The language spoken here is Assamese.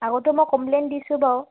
আগতে মই কমপ্লেইন দিছোঁ বাৰু